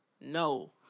no